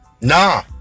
nah